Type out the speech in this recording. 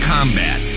Combat